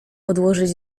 odłożyć